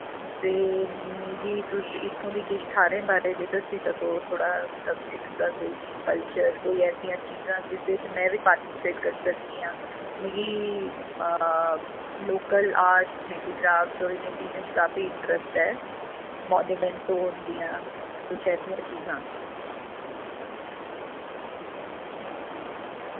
ते मिगी तुस इत्थों दी किश थाह्रें बारे च दस्सी सको थोह्ड़ा इत्थों दा कोई कल्चर कोई ऐसियां चीजां जिदे च में वि पार्टिसिपेट करी सकनी आं मिगी लोकल आर्ट्स हैंडीक्राफ्ट्स और इन्हें चीजें च काफी इंटरेस्ट ऐ मोनुमेंट्स होन जि'यां कुछ ऐसियां चीजां